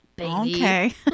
Okay